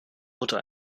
mutter